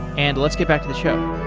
and let's get back to the show